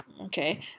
Okay